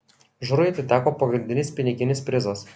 žurui atiteko pagrindinis piniginis prizas